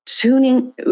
tuning